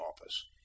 office